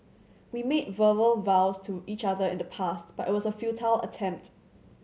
we made verbal vows to each other in the past but it was a futile attempt